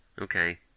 Okay